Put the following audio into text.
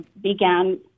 began